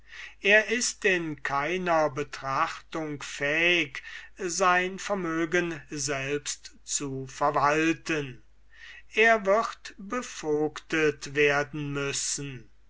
er ist in keinerlei betrachtung fähig sein vermögen selbst zu verwalten er wird bevogtet werden müssen